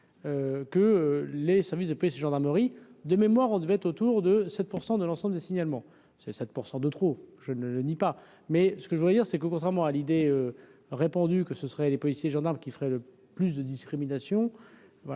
que les services de police et gendarmerie de mémoire, on devait être autour de 7 % de l'ensemble de signalements c'est 7 % de trop, je ne le nie pas, mais ce que je voulais dire c'est que, contrairement à l'idée répandue que ce serait les policiers gendarmes qui ferait le plus de discrimination,